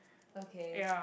okay